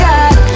God